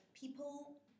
people